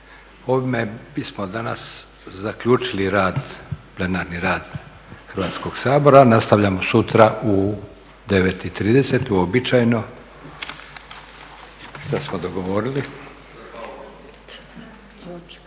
Ovime bismo danas zaključili rad, plenarni rad Hrvatskog sabora. Nastavljamo sutra u 9,30 uobičajeno